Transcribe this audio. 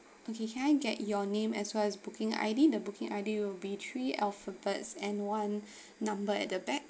okay can I get your name as well as booking I_D the booking I_D will be three alphabets and one number at the back